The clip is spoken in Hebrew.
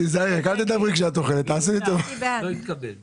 אתה יודע בעקבות מה זה?